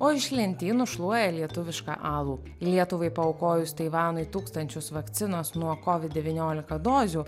o iš lentynų šluoja lietuvišką alų lietuvai paaukojus taivanui tūkstančius vakcinos nuo covid devyniolika dozių